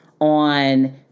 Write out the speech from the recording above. on